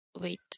Wait